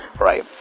Right